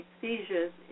seizures